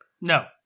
No